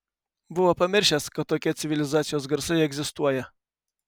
buvo pamiršęs kad tokie civilizacijos garsai egzistuoja